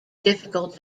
difficult